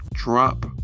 Drop